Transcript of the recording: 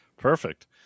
perfect